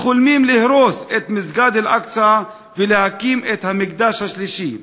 שחולמים להרוס את מסגד אל-אקצא ולהקים את המקדש השלישי.